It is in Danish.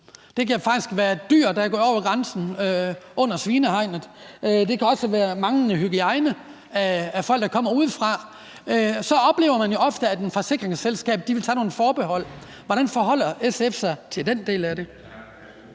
Det kan faktisk være dyr, der er gået over grænsen under svinehegnet. Det kan også være manglende hygiejne hos folk, der kommer udefra. Så oplever man jo ofte, at et forsikringsselskab vil tage nogle forbehold. Hvordan forholder SF sig til den del af det?